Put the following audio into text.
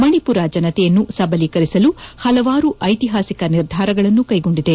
ಮಣಿಪುರ ಜನತೆಯನ್ನು ಸಬಲೀಕರಿಸಲು ಹಲವಾರು ಐತಿಹಾಸಿಕ ನಿರ್ಧಾರಗಳನ್ನು ಕೈಗೊಂಡಿದೆ